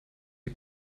die